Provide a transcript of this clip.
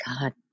God